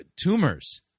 tumors